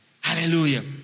Hallelujah